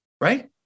right